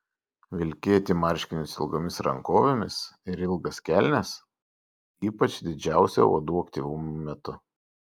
vilkėti marškinius ilgomis rankovėmis ir ilgas kelnes ypač didžiausio uodų aktyvumo metu